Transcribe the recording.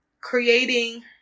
creating